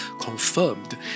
confirmed